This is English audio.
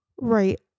Right